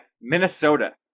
Minnesota